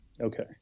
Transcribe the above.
okay